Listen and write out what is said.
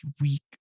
weak